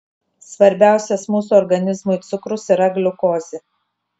svarbiausias mūsų organizmui cukrus yra gliukozė